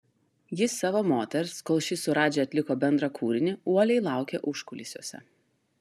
jis savo moters kol ši su radži atliko bendrą kūrinį uoliai laukė užkulisiuose